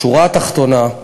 בשורה התחתונה,